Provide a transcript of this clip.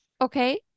Okay